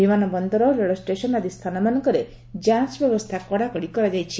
ବିମାନବନର ରେଳଷ୍ଟେସନ ଆଦି ସ୍ଥାନ ମାନଙ୍କରେ ଯାଞ ବ୍ୟବସ୍ଥା କଡାକଡି କରାଯାଇଛି